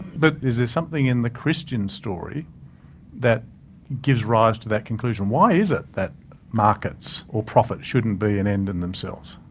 but is there something in the christian story that gives rise to that conclusion? why is it that markets or profits shouldn't be an end in themselves?